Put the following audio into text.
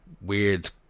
weird